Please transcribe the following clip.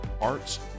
arts